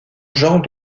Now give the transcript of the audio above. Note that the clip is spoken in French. genre